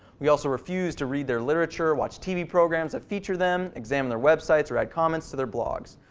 we also refuse to read their literature, watch tv programs that feature them, examine their websites or add comments to their blogs.